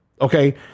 okay